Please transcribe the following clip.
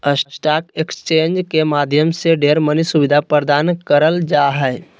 stock exchange के माध्यम से ढेर मनी सुविधा प्रदान करल जा हय